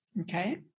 okay